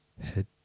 Head